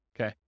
Okay